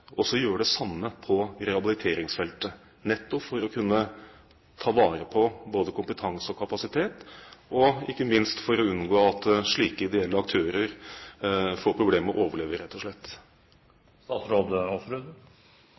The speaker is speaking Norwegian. også gjøre det samme på rehabiliteringsfeltet, nettopp for å kunne ta vare på både kompetanse og kapasitet, og ikke minst for å unngå at slike ideelle aktører får problemer med å overleve, rett og slett?